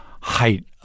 height